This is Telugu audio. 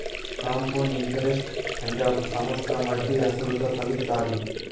కాంపౌండ్ ఇంటరెస్ట్ అంటే ఒక సంవత్సరం వడ్డీ అసలుతో కలుత్తాది